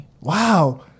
Wow